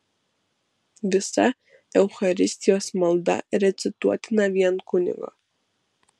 visa eucharistijos malda recituotina vien kunigo